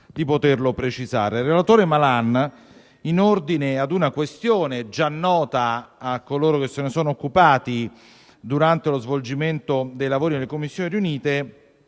di poter fare una precisazione. Il relatore Malan, in ordine ad una questione già nota a coloro che se ne sono occupati durante lo svolgimento dei lavori delle Commissioni riunite,